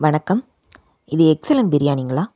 வணக்கம் இது எக்ஸலன்ட் பிரியாணிங்களா